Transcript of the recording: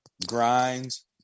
grinds